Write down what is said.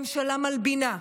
ממשלה מלבינה,